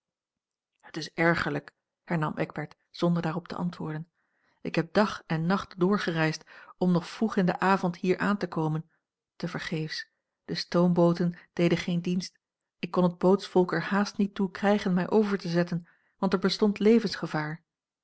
het is ergerlijk hernam eckbert zonder daarop te antwoorden ik heb dag en nacht doorgereisd om nog vroeg in den avond hier aan te komen tevergeefs de stoombooten deden geen dienst ik kon het bootsvolk er haast niet toe krijgen mij over te zetten want er bestond levensgevaar